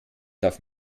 darf